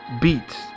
Beats